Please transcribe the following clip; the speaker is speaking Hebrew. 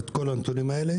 אתם יודעים שיש רחוב עזה ברלין,